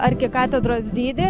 arkikatedros dydį